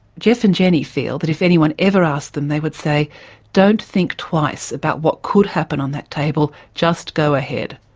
geoff and jenny feel that if anyone ever asked them they would say don't think twice about what could happen on that table, just go ahead.